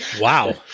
wow